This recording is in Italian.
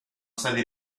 stati